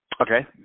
Okay